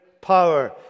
power